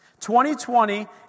2020